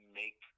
make